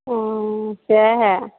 हूँ सएह